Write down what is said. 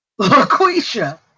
Laquisha